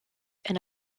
and